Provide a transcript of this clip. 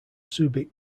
subic